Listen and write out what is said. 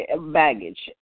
baggage